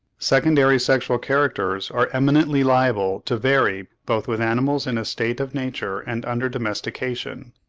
secondary sexual characters are eminently liable to vary, both with animals in a state of nature and under domestication.